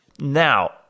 Now